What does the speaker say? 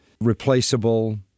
replaceable